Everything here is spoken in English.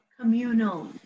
communal